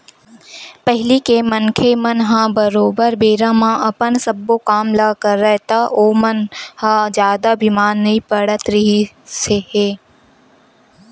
पहिली के मनखे मन ह बरोबर बेरा म अपन सब्बो काम ल करय ता ओमन ह जादा बीमार नइ पड़त रिहिस हे